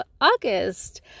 august